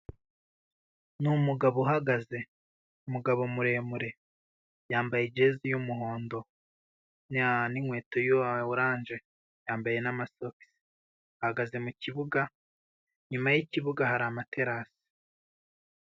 Ni umugabo uhagaze, umugabo muremure, yambaye ijeze y'umuhondo n'inkweto ya oranje yambaye n'amasogisi, ahagaze mu kibuga inyuma yikibuga hari amaterasi.